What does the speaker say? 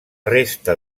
resta